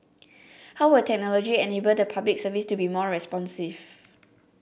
how will technology enable the Public Service to be more responsive